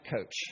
coach